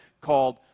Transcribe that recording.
called